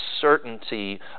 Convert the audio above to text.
certainty